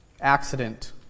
accident